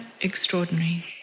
extraordinary